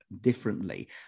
differently